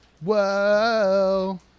Whoa